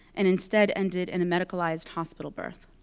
and instead ended in a medicalized hospital birth.